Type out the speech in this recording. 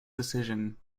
decision